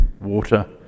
water